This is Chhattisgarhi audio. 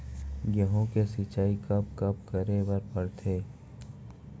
गेहूँ के सिंचाई कब कब करे बर पड़थे?